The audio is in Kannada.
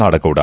ನಾಡಗೌಡ